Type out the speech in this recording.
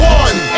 one